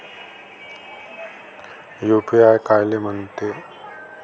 UPI कायले म्हनते?